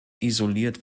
isoliert